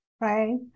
right